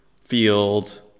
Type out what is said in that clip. field